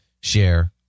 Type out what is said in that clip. share